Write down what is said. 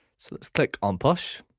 so let's click on push